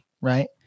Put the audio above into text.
Right